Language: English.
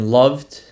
loved